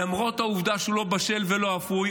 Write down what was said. למרות העובדה שהוא לא בשל ולא אפוי,